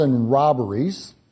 robberies